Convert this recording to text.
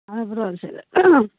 आबि रहल छै